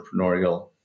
entrepreneurial